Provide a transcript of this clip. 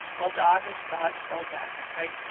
well, dog is god spelled backwards, right?